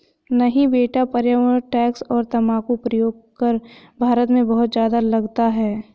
नहीं बेटा पर्यावरण टैक्स और तंबाकू प्रयोग कर भारत में बहुत ज्यादा लगता है